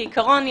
כעיקרון,